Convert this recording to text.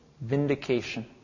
vindication